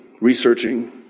researching